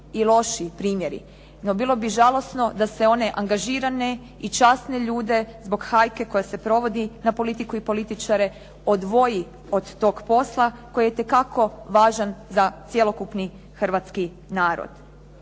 i loši primjeri, no bilo bi žalosno da se one angažirane i časne ljude zbog hajke koja se provodi na politiku i političare odvoji od tog posla koji je itekako važan za cjelokupni hrvatski narod.